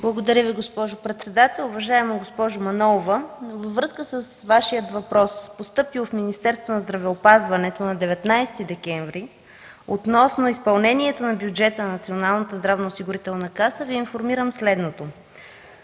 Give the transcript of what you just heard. Благодаря, госпожо председател. Уважаема госпожо Манолова, във връзка с Вашия въпрос, постъпил в Министерството на здравеопазването на 19 декември 2012 г. относно изпълнението на бюджета на Националната здравноосигурителна каса Ви информирам следното.